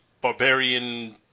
barbarian –